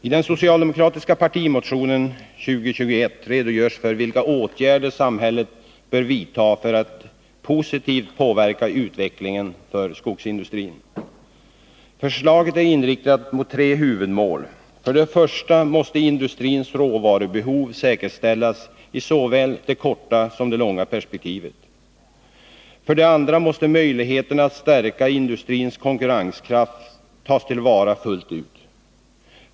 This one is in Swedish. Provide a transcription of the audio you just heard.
I den socialdemokratiska partimotionen 1980/81:2021 redogörs för vilka åtgärder samhället bör vidta för att positivt påverka utvecklingen för skogsindustrin. Förslaget är inriktat mot tre huvudmål. För det första måste industrins råvarubehov säkerställas i såväl det korta som det långa perspektivet. För det andra måste möjligheterna att stärka industrins konkurrenskraft tas till vara fullt ut.